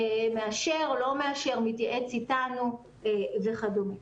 מאשר, לא מאשר, מתייעץ איתנו וכדומה.